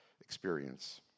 experience